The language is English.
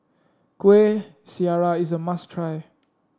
Kueh Syara is a must try